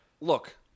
look